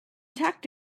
tucked